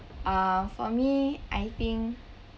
uh for me I think